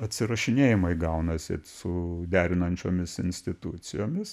atsirašinėjimai gaunasi su derinančiomis institucijomis